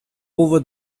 over